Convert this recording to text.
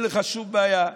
אין לך שום בעיה.